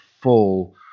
full